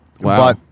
Wow